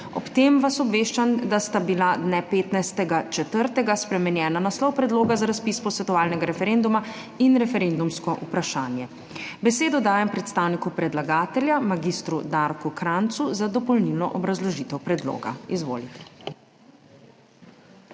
Ob tem vas obveščam, da sta bila dne 15. 4. spremenjena naslov predloga za razpis posvetovalnega referenduma in referendumsko vprašanje. Besedo dajem predstavniku predlagatelja mag. Darku Krajncu za dopolnilno obrazložitev predloga. Izvolite.